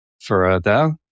further